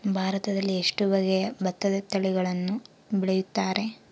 ಭಾರತದಲ್ಲಿ ಎಷ್ಟು ಬಗೆಯ ಭತ್ತದ ತಳಿಗಳನ್ನು ಬೆಳೆಯುತ್ತಾರೆ?